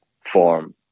form